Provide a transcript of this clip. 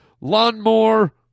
lawnmower